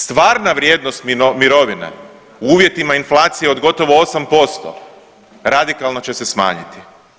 Stvarna vrijednost mirovine u uvjetima inflacije od gotovo 8% radikalno će se smanjiti.